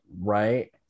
Right